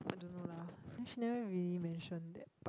I don't know lah then she never even really mention that